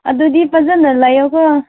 ꯑꯗꯨꯗꯤ ꯐꯖꯅ ꯂꯩꯌꯣꯀꯣ